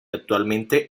actualmente